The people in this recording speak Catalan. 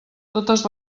totes